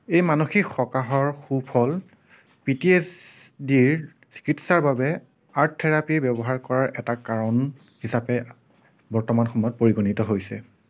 এই মানসিক সকাহৰ সুফল পি টি এচ ডিৰ চিকিৎসাৰ বাবে আৰ্ট থেৰাপী ব্য়ৱহাৰ কৰাৰ এটা কাৰণ হিচাপে বৰ্তমান সময়ত পৰিগণিত হৈছে